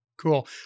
Cool